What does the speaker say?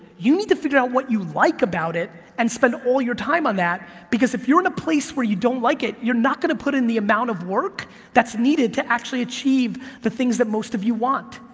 you need to figure out what you like about it and spend all your time on that, because if you're in a place where you don't like it, you're not gonna put in the amount of work that's needed to actually achieve the things that most of you want.